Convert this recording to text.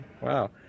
Wow